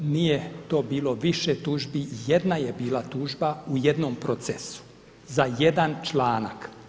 Nije to bilo više tužbi, jedna je bila tužba u jednom procesu za jedan članak.